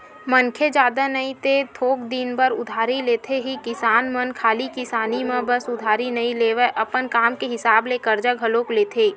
मनखे जादा नई ते थोक दिन बर उधारी लेथे ही किसान मन खाली किसानी म बस उधारी नइ लेवय, अपन काम के हिसाब ले करजा घलोक लेथे